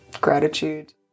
gratitude